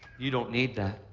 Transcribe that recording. you don't need that.